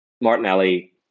Martinelli